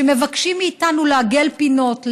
שמבקשים מאיתנו לעגל פינות,